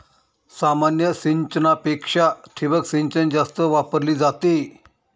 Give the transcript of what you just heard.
सामान्य सिंचनापेक्षा ठिबक सिंचन जास्त वापरली जाते